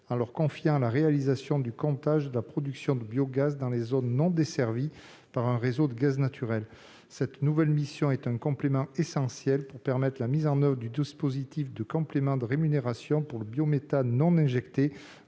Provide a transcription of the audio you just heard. en leur confiant la réalisation du comptage de la production de biogaz dans les zones non desservies par un réseau de gaz naturel. L'ajout de cette nouvelle mission est essentiel pour permettre la mise en oeuvre du dispositif de complément de rémunération pour le biométhane non injecté,